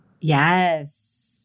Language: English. Yes